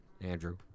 Andrew